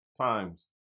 times